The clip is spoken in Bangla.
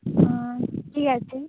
ঠিক আছে